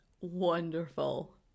wonderful